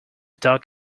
dog